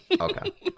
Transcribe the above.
Okay